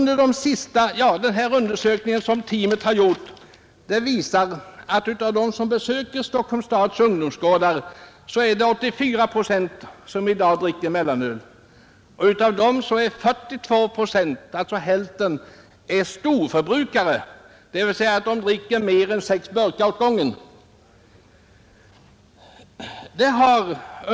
Den undersökning som teamet gjort visar att 84 procent av dem som besöker Stockholms stads ungdomsgårdar i dag dricker mellanöl. Av dessa är 42 procent, alltså hälften, storförbrukare, dvs. de dricker mer än sex burkar åt gången.